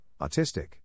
autistic